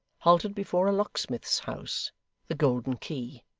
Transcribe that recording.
halted before a locksmith's house the golden key.